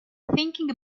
thinking